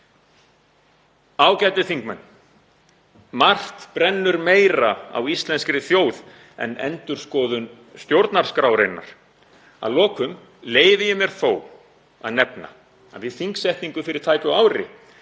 Ágætu þingmenn. Margt brennur meira á íslenskri þjóð en endurskoðun stjórnarskrárinnar. Að lokum leyfi ég mér þó að nefna að við þingsetningu fyrir tæpu ári